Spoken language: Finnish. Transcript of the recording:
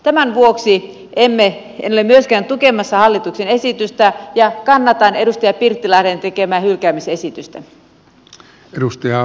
tämän vuoksi en ole myöskään tukemassa hallituksen esitystä ja kannatan edustaja pirttilahden tekemää hylkäämisesitystä